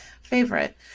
favorite